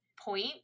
point